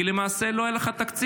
כי למעשה לא יהיה לך תקציב.